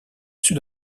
sud